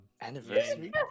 Anniversary